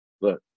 look